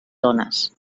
dones